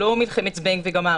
לא מלחמת זבנג וגמרנו.